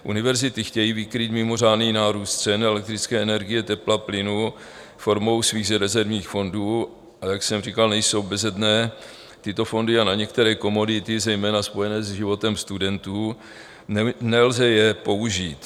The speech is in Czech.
Univerzity chtějí vykrýt mimořádný nárůst cen elektrické energie, tepla, plynu formou svých rezervních fondů, a jak jsem říkal, nejsou bezedné tyto fondy a na některé komodity, zejména spojené se životem studentů, je nelze použít.